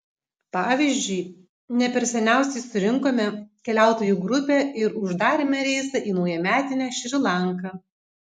pavyzdžiui ne per seniausiai surinkome keliautojų grupę ir uždarėme reisą į naujametinę šri lanką